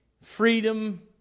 freedom